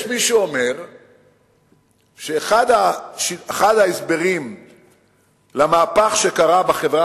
יש מי שאומר שאחד ההסברים למהפך שקרה בחברה